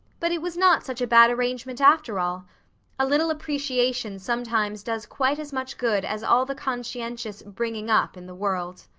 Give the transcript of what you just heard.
but it was not such a bad arrangement after all a little appreciation sometimes does quite as much good as all the conscientious bringing up in the world.